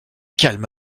calme